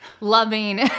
loving